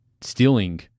stealing